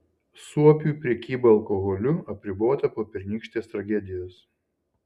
suopiui prekyba alkoholiu apribota po pernykštės tragedijos